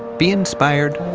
be inspired,